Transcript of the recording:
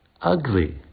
ugly